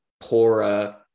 poorer